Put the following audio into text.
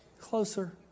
closer